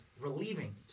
relieving